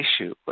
issue